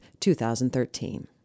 2013